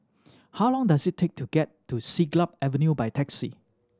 how long does it take to get to Siglap Avenue by taxi